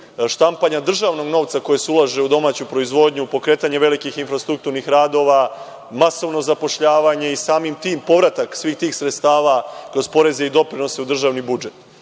štampanja državnog novca koji se ulaže u domaću proizvodnju, pokretanje velikih infrastrukturnih radova, masovno zapošljavanje i samim tim povratak svih tih sredstava kroz poreze i doprinose u državni budžet.